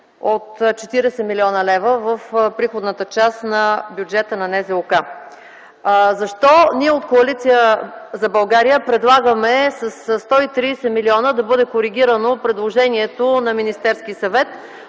от 40 млн. лв. в приходната част на бюджета на НЗОК. Защо ние от Коалиция за България предлагаме със 130 милиона да бъде коригирано предложението на Министерския съвет?